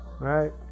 right